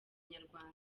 nyarwanda